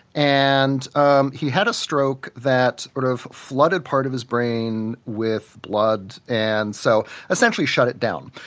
and um he had a stroke that sort of flooded part of his brain with blood, and so essentially shut it down.